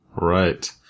Right